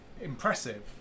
impressive